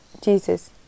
Jesus